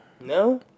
No